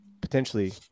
potentially